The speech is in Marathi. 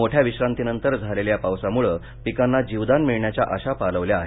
मोठ्या विश्रांतीनंतर झालेल्या या पावसामुळे पिकांना जीवदान मिळण्याच्या आशा पालवल्या आहेत